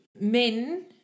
men